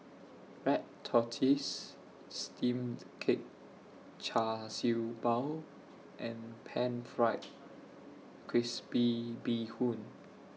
Red Tortoise Steamed Cake Char Siew Bao and Pan Fried Crispy Bee Hoon